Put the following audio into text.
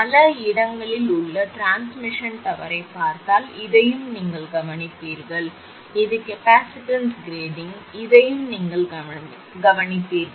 பல இடங்களில் உள்ள டிரான்ஸ்மிஷன் டவரைப் பார்த்தால் இதையும் நீங்கள் கவனிப்பீர்கள் இது கெப்பாசிட்டன்ஸ் கிரேடிங் இதையும் நீங்கள் கவனிப்பீர்கள்